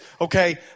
okay